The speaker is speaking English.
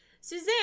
Suzanne